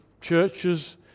churches